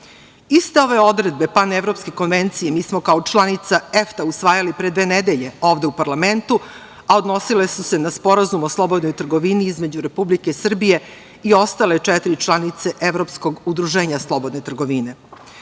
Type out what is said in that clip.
ove odredbe Panevropske konvencije mi smo kao članica EFTA usvajali pre dve nedelje ovde u parlamentu, a odnosile su se na Sporazum o slobodnoj trgovini između Republike Srbije i ostale četiri članice Evropskog udruženja slobodne trgovine. Ja